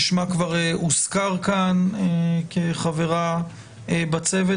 ששמה כבר הוזכר כאן כחברה בצוות,